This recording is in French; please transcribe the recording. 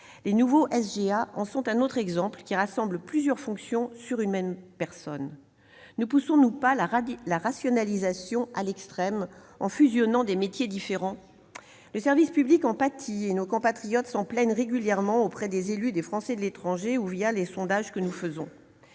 d'ambassade (SGA) en sont un autre exemple, ces postes regroupant plusieurs fonctions sur une même personne. Ne poussons-nous pas la rationalisation à l'extrême, en fusionnant des métiers différents ? Le service public en pâtit, et nos compatriotes s'en plaignent régulièrement auprès des élus des Français de l'étranger ou à travers les sondages que nous faisons.